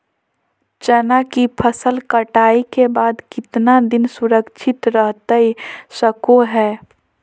चना की फसल कटाई के बाद कितना दिन सुरक्षित रहतई सको हय?